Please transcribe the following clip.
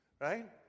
right